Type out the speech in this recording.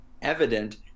evident